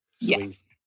Yes